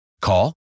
Call